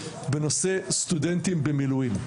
בנושא סטודנטים במילואים.